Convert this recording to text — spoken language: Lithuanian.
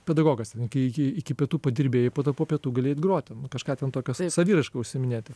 pedagogas ten iki iki iki pietų padirbėjai po to po pietų gali eit grot nu kažką ten tokio saviraiška užsiiminėti